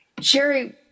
Sherry